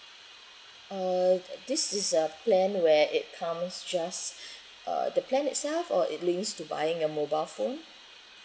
uh this is a plan where it come just uh the plan itself or it links to buying a mobile phone